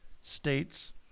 states